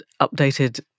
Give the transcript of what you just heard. updated